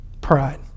Pride